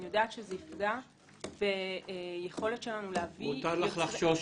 אני יודעת שזה יפגע ביכולת שלנו להביא אמנים --- מותר לך לחשוש,